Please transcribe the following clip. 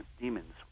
demons